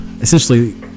essentially